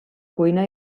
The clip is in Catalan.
cuina